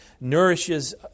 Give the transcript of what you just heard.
nourishes